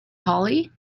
hollie